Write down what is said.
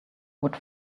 would